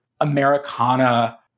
Americana